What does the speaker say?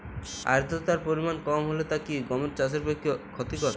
আর্দতার পরিমাণ কম হলে তা কি গম চাষের পক্ষে ক্ষতিকর?